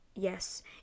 Yes